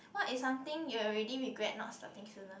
what is something you already regret not starting sooner